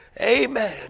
amen